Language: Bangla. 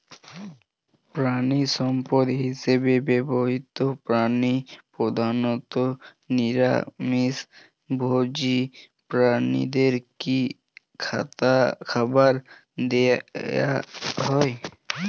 প্রাণিসম্পদ হিসেবে ব্যবহৃত প্রাণী প্রধানত নিরামিষ ভোজী প্রাণীদের কী খাবার দেয়া হয়?